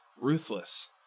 ruthless